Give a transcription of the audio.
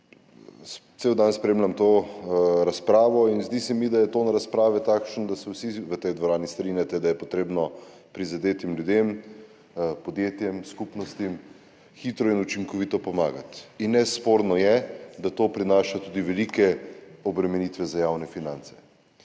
Vse dan spremljam to razpravo in zdi se mi, da je ton razprave takšen, da se vsi v tej dvorani strinjate, da je potrebno prizadetim ljudem, podjetjem, skupnostim hitro in učinkovito pomagati, in nesporno je, da to prinaša tudi velike obremenitve za javne finance.